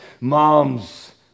Moms